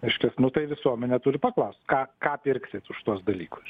reiškias nu tai visuomenė turi paklaust ką ką pirksit už tuos dalykus